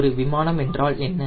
ஒரு விமானம் என்றால் என்ன